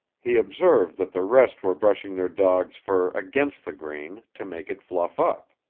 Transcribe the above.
he observed that the rest were brushing their dogs' fur against the grain, to make it fluff up.